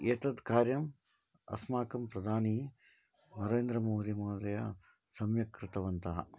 एतत् कार्यम् अस्माकं प्रधानं नरेन्द्रमोदीमहोदय सम्यक् कृतवन्तः